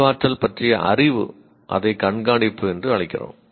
அறிவாற்றல் பற்றிய அறிவு அதை கண்காணிப்பு என்று அழைக்கிறோம்